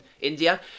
India